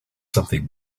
something